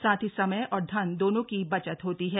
साथ ही समय और धन दोनों की बचत होती है